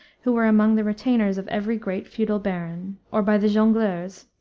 who were among the retainers of every great feudal baron, or by the jongleurs,